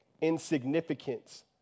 insignificance